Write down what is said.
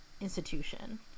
institution